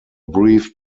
brief